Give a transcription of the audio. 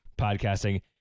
podcasting